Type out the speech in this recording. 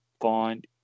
find